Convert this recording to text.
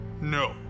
No